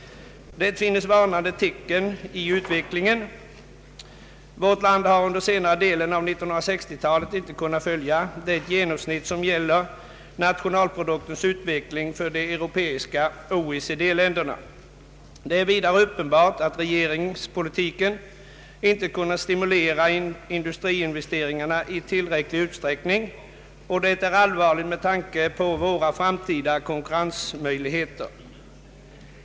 Det finns varnande tecken i utvecklingen. Vårt land har under senare delen av 1960-talet inte kunnat följa det genomsnitt som gäller nationalproduktens utveckling för de europeiska OECD-länderna. Det är vidare uppenbart att regeringspolitiken inte kunnat stimulera industriinvesteringarna i tillräcklig utsträckning, och det är allvarligt med tanke på våra framtida konkurrensmöjligheter.